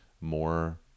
more